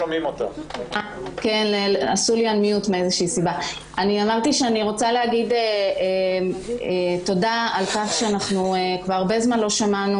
חקיקה אני רוצה להגיד תודה על כך שכבר הרבה זמן לא שמענו